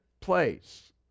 place